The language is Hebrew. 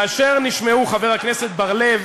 כאשר נשמעו, חבר הכנסת בר-לב,